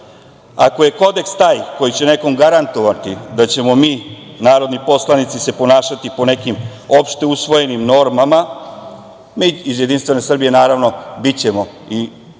je Kodeks taj koji će nekom garantovati da ćemo mi, narodni poslanici, se ponašati po nekim opšte usvojenim normama, mi iz JS naravno ćemo biti